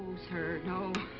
sir, no.